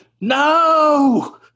No